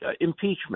impeachment